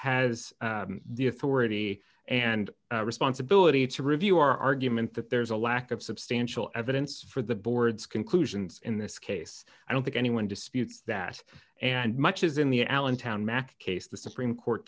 has the authority and responsibility to review our argument that there's a lack of substantial evidence for the board's conclusions in this case i don't think anyone disputes that and much is in the allentown mack case the supreme court